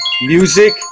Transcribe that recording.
music